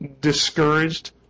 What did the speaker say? discouraged